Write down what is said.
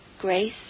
grace